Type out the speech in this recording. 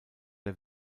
der